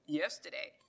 yesterday